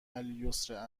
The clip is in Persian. الیسر